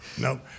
Nope